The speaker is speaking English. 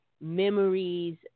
memories